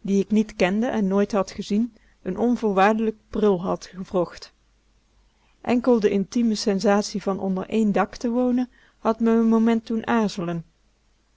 dien ik niet kende en nooit had gezien n onvoorwaardelijk prul had gewrocht enkel de intieme sensatie van onder één dak te wonen had me n moment doen aarzelen